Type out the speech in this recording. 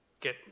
get